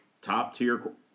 top-tier